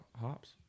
hops